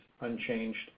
unchanged